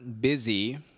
busy